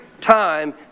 time